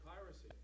piracy